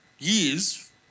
years